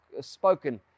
spoken